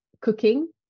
cooking